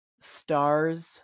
stars